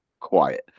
quiet